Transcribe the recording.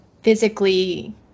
physically